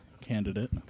candidate